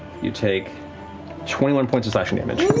you take twenty one points of slashing damage.